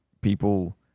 people